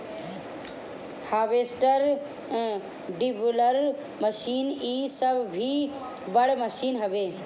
harvester, dibbler machine इ सब भी बड़ मशीन हवे